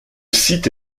site